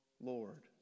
Lord